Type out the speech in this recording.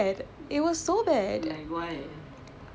சனியன்:saniyan மாதிரி ஓட்டுறான்:maathiri oturaan